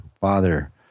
father